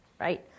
right